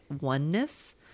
oneness